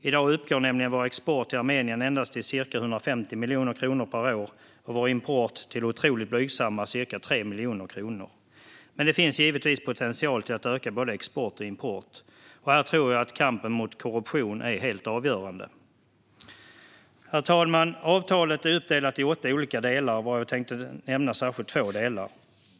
I dag uppgår nämligen vår export till Armenien till endast ca 150 miljoner kronor per år och vår import till otroligt blygsamma ca 3 miljoner kronor. Det finns givetvis potential att öka både export och import. Här tror jag att kampen mot korruption är helt avgörande. Herr talman! Avtalet är uppdelat i åtta olika delar, varav jag tänkte särskilt nämna två.